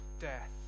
death